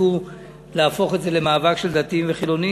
ניסו להפוך את זה למאבק של דתיים וחילונים.